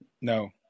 No